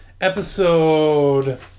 episode